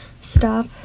stop